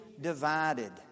divided